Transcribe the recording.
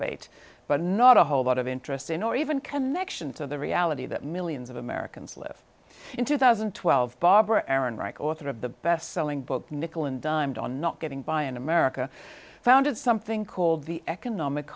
bait but not a whole lot of interest in or even connection to the reality that millions of americans live in two thousand and twelve barbara ehrenreich author of the bestselling book nickel and dimed on not getting by in america founded something called the economic